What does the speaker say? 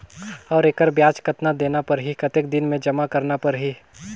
और एकर ब्याज कतना देना परही कतेक दिन मे जमा करना परही??